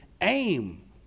aim